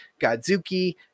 Godzuki